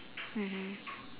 mmhmm